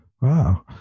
Wow